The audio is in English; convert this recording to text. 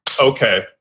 Okay